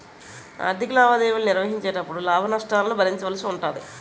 ఆర్ధిక లావాదేవీలు నిర్వహించేటపుడు లాభ నష్టాలను భరించవలసి ఉంటాది